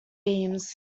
beams